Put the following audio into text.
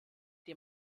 die